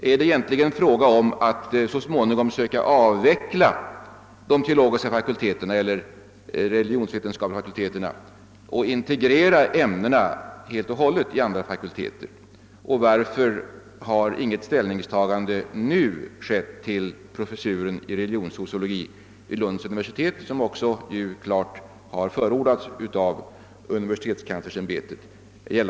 Är det egentligen fråga om att så småningom försöka avveckla de teologiska eller religionsvetenskapliga fakulteterna och helt och hållet integrera ämnena i andra fakulteter? Och varför har inget ställningstagande nu skett till professuren i religionssociologi vid Lunds universitet från den 1 juli 1970 som också klart förordats av universitetskanslersämbetet?